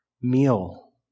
meal